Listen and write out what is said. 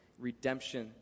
redemption